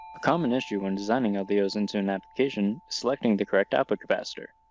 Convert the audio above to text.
a common issue when designing ldos into an application selecting the correct output capacitor.